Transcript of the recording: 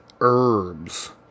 herbs